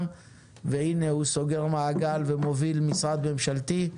והנה הוא סוגר מעגל ומוביל משרד ממשלתי.